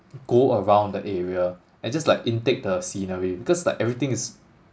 go around the area and just like intake the scenery because like everything is